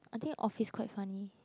I think office quite funny